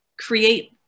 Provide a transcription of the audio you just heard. create